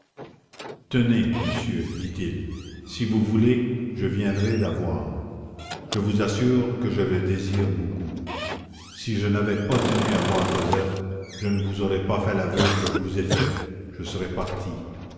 tenez monsieur dit-il si vous voulez je viendrai la voir je vous assure que je le désire beaucoup si je n'avais pas tenu à voir cosette je ne vous aurais pas fait l'aveu que je vous ai fait je serais parti